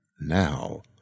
now